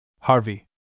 Harvey